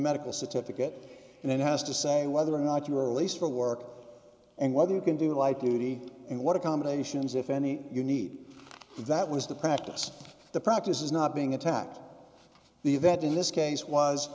medical certificate and then has to say whether or not you were released for work and whether you can do light duty and what accommodations if any you need that was the practice the practice is not being attacked the event in this case was